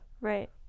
Right